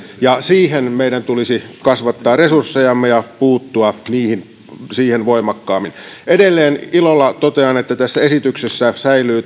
ja niihin meidän tulisi kasvattaa resurssejamme ja puuttua niihin voimakkaammin edelleen ilolla totean että tässä esityksessä säilyy